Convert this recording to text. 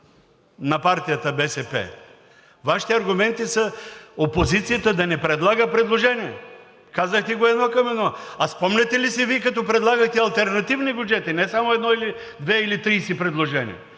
на партията БСП. Вашите аргументи са опозицията да не прави предложения, казах Ви го едно към едно. А спомняте ли си Вие, като предлагахте алтернативни бюджети, не само едно или две, или 30 предложения?